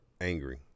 angry